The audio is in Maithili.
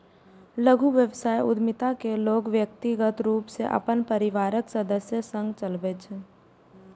लघु व्यवसाय उद्यमिता कें लोग व्यक्तिगत रूप सं अपन परिवारक सदस्य संग चलबै छै